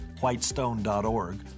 whitestone.org